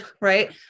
right